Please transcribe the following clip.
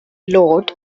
load